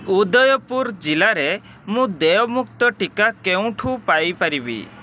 ଉଦୟପୁର ଜିଲ୍ଲାରେ ମୁଁ ଦେୟମୁକ୍ତ ଟିକା କେଉଁଠୁ ପାଇ ପାରିବି